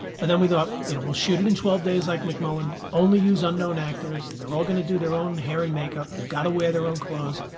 but then we thought you know we'll shoot it in twelve days like mcmullen, only use unknown actors. they're all going to do their own hair and makeup, they've got to wear their own clothes,